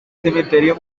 cementerio